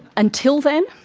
until then,